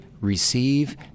receive